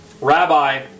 Rabbi